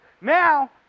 Now